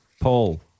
Paul